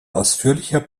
ausführlicher